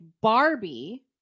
Barbie